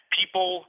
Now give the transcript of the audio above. people